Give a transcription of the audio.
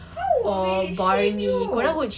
how will we shame you